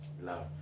Love